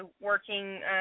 working